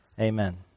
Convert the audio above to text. amen